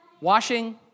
Washing